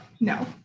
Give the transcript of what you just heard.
no